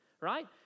right